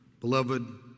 Beloved